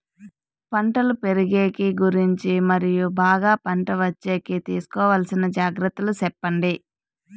పంటలు పెరిగేకి గురించి మరియు బాగా పంట వచ్చేకి తీసుకోవాల్సిన జాగ్రత్త లు సెప్పండి?